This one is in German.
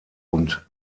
und